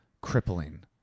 crippling